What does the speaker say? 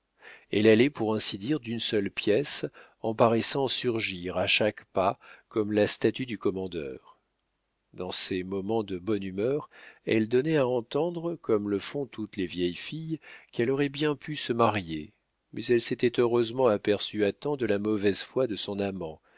elle allait pour ainsi dire d'une seule pièce en paraissant surgir à chaque pas comme la statue du commandeur dans ses moments de bonne humeur elle donnait à entendre comme le font toutes les vieilles filles qu'elle aurait bien pu se marier mais elle s'était heureusement aperçue à temps de la mauvaise foi de son amant